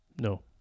No